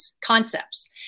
concepts